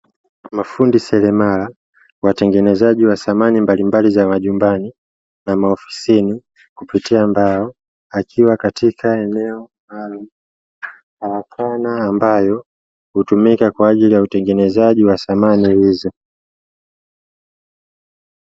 Mafundi seremala watengenezaji wa samani mbalimbali za majumbani na maofisini kupitia mbao, akiwa katika eneo la karakana ambayo hutumika kwa ajili ya utengenezaji wa samani hizo.